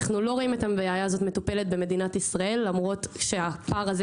אנחנו לא רואים את הבעיה הזאת מטופלת במדינת ישראל למרות שהפער הזה